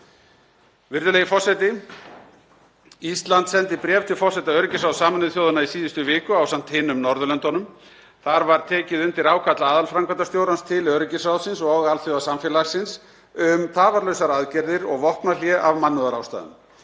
Virðulegi forseti. Ísland sendi bréf til forseta öryggisráðs Sameinuðu þjóðanna í síðustu viku ásamt hinum Norðurlöndunum. Þar var tekið undir ákall aðalframkvæmdastjórans til öryggisráðsins og alþjóðasamfélagsins um tafarlausar aðgerðir og vopnahlé af mannúðarástæðum.